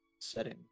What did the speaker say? setting